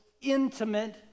intimate